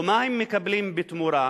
ומה הם מקבלים בתמורה?